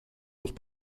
jours